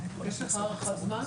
יש לך הערכת זמן?